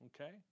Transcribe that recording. Okay